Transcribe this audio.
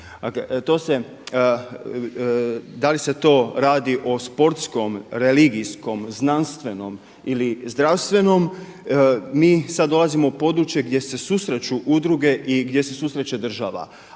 da li se to radi o sportskom, religijskom, znanstvenom ili zdravstvenom mi sad dolazimo u područje gdje su susreću udruge i gdje se susreće država